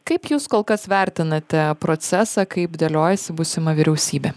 kaip jūs kol kas vertinate procesą kaip dėliojasi būsima vyriausybė